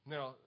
Now